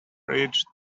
reached